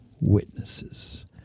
witnesses